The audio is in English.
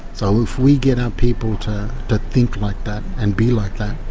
so if we get our people to but think like that and be like that,